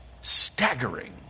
staggering